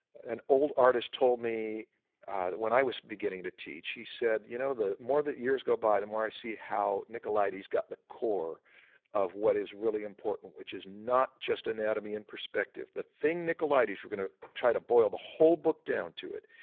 an old artist told me when i was beginning to teach, he said you know the more the years go by, the more i see how nicolaides got the core of what is really important which is not just anatomy and perspective. the thing nicolaides, we're gonna try to boil the whole book down to it,